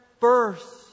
first